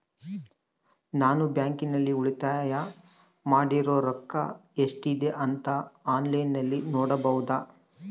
ನಾನು ಬ್ಯಾಂಕಿನಲ್ಲಿ ಉಳಿತಾಯ ಮಾಡಿರೋ ರೊಕ್ಕ ಎಷ್ಟಿದೆ ಅಂತಾ ಆನ್ಲೈನಿನಲ್ಲಿ ನೋಡಬಹುದಾ?